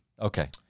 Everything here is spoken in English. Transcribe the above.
Okay